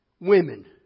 women